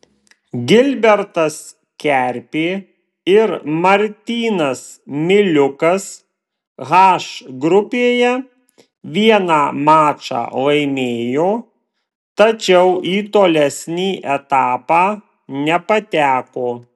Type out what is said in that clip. gilbertas kerpė ir martynas miliukas h grupėje vieną mačą laimėjo tačiau į tolesnį etapą nepateko